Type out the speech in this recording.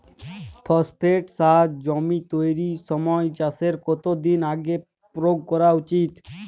Phosphate সার জমি তৈরির সময় চাষের কত দিন আগে প্রয়োগ করা উচিৎ?